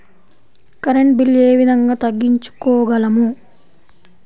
Current bill ఏ విధంగా తగ్గించుకోగలము?